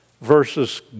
versus